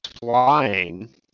flying